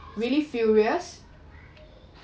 really furious